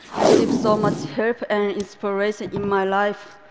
received so much help and inspiration in my life,